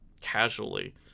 casually